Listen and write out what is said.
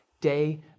day